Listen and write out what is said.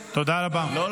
מורשת, מסורת, תבחר.